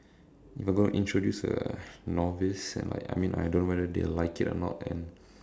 if I'm gonna introduce to a novice and like I mean I don't know whether they will like it or not and